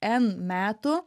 n metų